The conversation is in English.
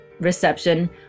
reception